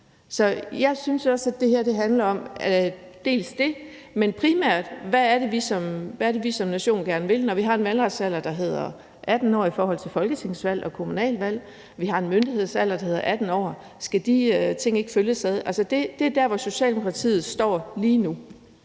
Så jeg synes, at det her til dels handler om dét, men primært om, hvad det er, vi som nation gerne vil, når vi har en valgretsalder, der er 18 år, ved folketingsvalg og kommunalvalg. Vi har en myndighedsalder, der er 18 år. Skal de ting ikke følges ad? Altså, det er der, hvor Socialdemokratiet står lige nu.